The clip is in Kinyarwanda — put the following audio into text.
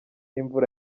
imvura